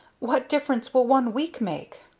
what difference will one week make?